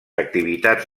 activitats